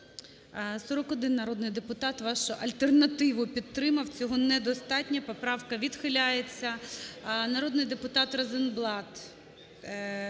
41 народний депутат вашу альтернативу підтримав. Цього недостатньо. Поправка відхиляється. Народний депутат Розенблат